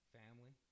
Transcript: family